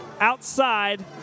Outside